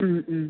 മ്മ് മ്മ്